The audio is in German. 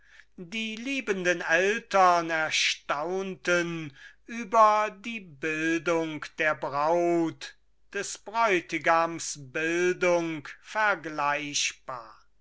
die liebenden eltern erstaunten über die bildung der braut des bräutigams bildung vergleichbar